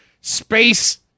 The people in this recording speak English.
space